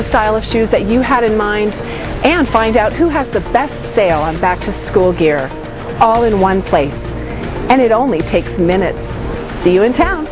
the style of shoes that you had in mind and find out who has the best sale on back to school all in one place and it only takes minutes in town